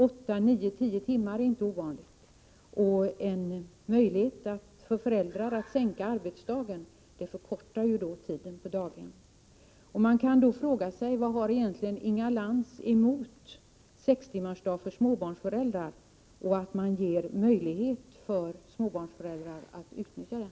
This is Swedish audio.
Åtta, nio eller tio timmar är inte ovanligt. En möjlighet för föräldrar att minska den dagliga arbetstiden förkortar då tiden på daghemmet. Vad har egentligen Inga Lantz emot sextimmarsdag för småbarnsföräldrar och att man ger möjlighet för småbarnsföräldrar att utnyttja den?